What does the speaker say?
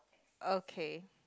okay